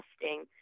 testing